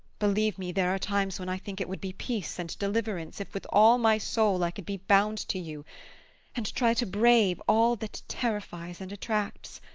believe me, there are times when i think it would be peace and deliverance if with all my soul i could be bound to you and try to brave all that terrifies and attracts.